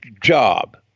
job